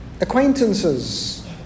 acquaintances